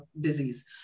disease